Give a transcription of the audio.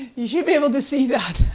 you should be able to see that.